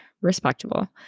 respectable